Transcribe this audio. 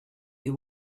you